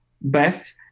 best